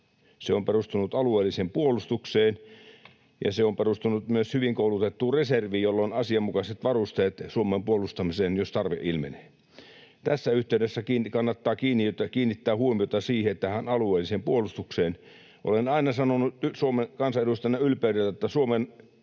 se on perustunut alueelliseen puolustukseen, ja se on perustunut myös hyvin koulutettuun reserviin, jolla on asianmukaiset varusteet Suomen puolustamiseen, jos tarve ilmenee. Tässä yhteydessä kannattaa kiinnittää huomiota tähän alueelliseen puolustukseen. Olen aina sanonut Suomen kansanedustajana ylpeydellä Suomen